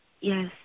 Yes